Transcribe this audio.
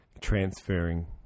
transferring